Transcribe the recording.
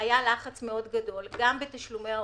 היה לחץ מאוד גדול גם בתשלומי ההורים,